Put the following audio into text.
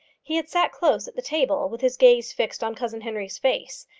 he had sat close at the table, with his gaze fixed on cousin henry's face,